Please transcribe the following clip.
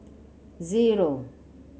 zero